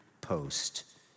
post